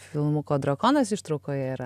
filmuko drakonas ištraukoje yra